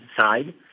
side